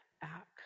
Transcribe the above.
back